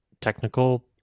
technical